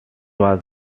was